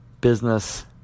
business